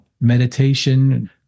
meditation